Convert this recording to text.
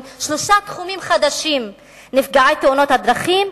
שלושה תחומים חדשים: נפגעי תאונות דרכים,